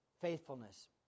faithfulness